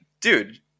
Dude